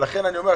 לכן אני אומר,